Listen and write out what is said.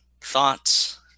thoughts